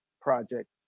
project